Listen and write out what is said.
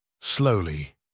Slowly